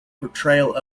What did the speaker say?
portrayal